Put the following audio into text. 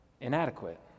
inadequate